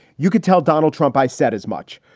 you could tell donald trump i said as much.